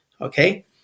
okay